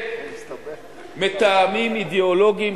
מטעמים אידיאולוגיים,